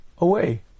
away